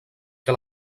que